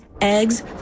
eggs